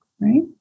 right